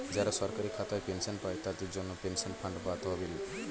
যারা সরকারি খাতায় পেনশন পায়, তাদের জন্যে পেনশন ফান্ড বা তহবিল